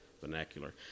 vernacular